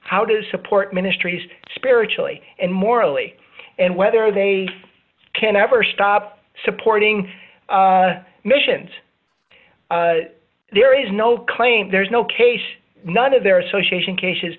how does support ministries spiritually and morally and whether they can ever stop supporting missions there is no claim there's no case none of their association cases